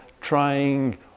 trying